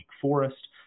Forest